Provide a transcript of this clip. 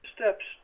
steps